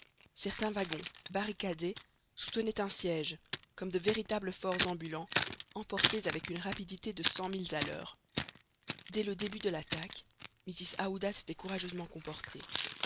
certains wagons barricadés soutenaient un siège comme de véritables forts ambulants emportés avec une rapidité de cent milles à l'heure dès le début de l'attaque mrs aouda s'était courageusement comportée